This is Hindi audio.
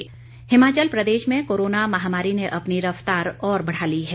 कोरोना अपडेट हिमाचल प्रदेश में कोरोना महामारी ने अपनी रफ़्तार और बढ़ा ली है